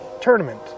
tournament